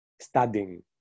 studying